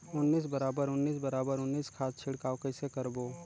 उन्नीस बराबर उन्नीस बराबर उन्नीस खाद छिड़काव कइसे करबो?